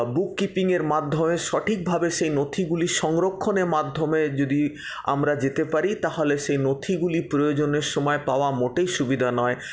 বুক কিপিংয়ের মাধ্যমে সঠিকভাবে সেই নথিগুলি সংরক্ষণের মাধ্যমে যদি আমরা যেতে পারি তাহলে সেই নথিগুলি প্রয়োজনের সময়ে পাওয়া মোটেই অসুবিধা নয়